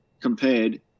compared